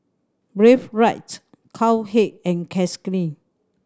Breathe Right Cowhead and Cakenis